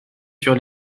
sur